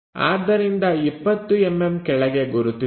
ಆದ್ದರಿಂದ 20mm ಕೆಳಗೆ ಗುರುತಿಸಿ